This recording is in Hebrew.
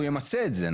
הוא ימצה את זה,